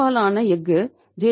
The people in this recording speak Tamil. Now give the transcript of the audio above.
பெரும்பாலான எஃகு ஜே